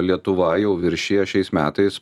lietuva jau viršija šiais metais